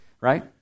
right